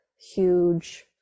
huge